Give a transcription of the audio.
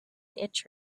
inch